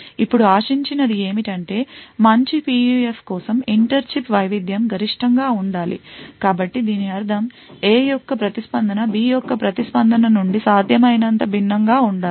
ఇప్పుడు ఆశించినది ఏమిటంటే మంచి PUF కోసం ఇంటర్ చిప్ వైవిధ్యం గరిష్టంగా ఉండాలి కాబట్టి దీని అర్థం A యొక్క ప్రతిస్పందన B యొక్క ప్రతిస్పందన నుండి సాధ్యమైనంత భిన్నంగా ఉండాలి